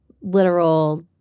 literal